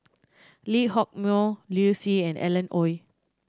Lee Hock Moh Liu Si and Alan Oei